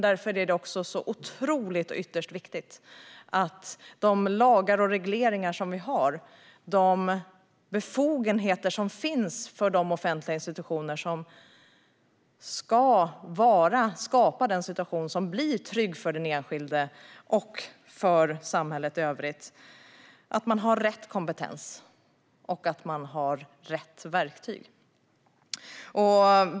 Därför är det också ytterst viktigt med de lagar och regleringar vi har och de befogenheter som finns för de offentliga institutioner som ska skapa trygghet för den enskilde och för resten av samhället. Det är viktigt att de har rätt kompetens och rätt verktyg.